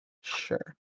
Sure